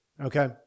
okay